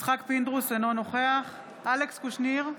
יצחק פינדרוס, אינו נוכח אלכס קושניר,